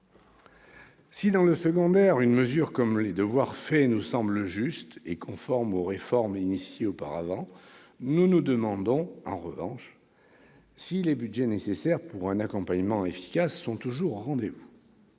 Si, dans le secondaire, une mesure comme la mise en place du dispositif « Devoirs faits » nous semble juste et conforme aux réformes engagées auparavant, nous nous demandons en revanche si les budgets nécessaires à un accompagnement efficace sont toujours au rendez-vous.